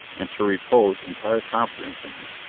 and to repose entire confidence in him.